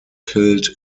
killed